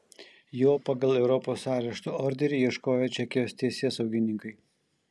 jo pagal europos arešto orderį ieškojo čekijos teisėsaugininkai